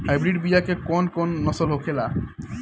Hybrid बीया के कौन कौन नस्ल होखेला?